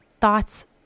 thoughts